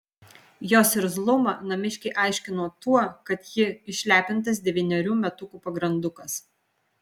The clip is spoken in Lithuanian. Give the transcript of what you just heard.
jos irzlumą namiškiai aiškino tuo kad ji išlepintas devynerių metukų pagrandukas